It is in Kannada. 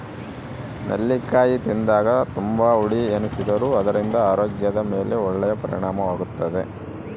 ನೆಲ್ಲಿಕಾಯಿ ತಿಂದಾಗ ತುಂಬಾ ಹುಳಿ ಎನಿಸಿದರೂ ಅದರಿಂದ ಆರೋಗ್ಯದ ಮೇಲೆ ಒಳ್ಳೆಯ ಪರಿಣಾಮವಾಗುತ್ತದೆ